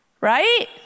right